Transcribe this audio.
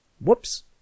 Whoops